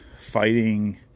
fighting